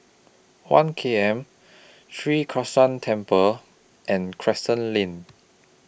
one K M Sri Krishnan Temple and Crescent Lane